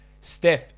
Steph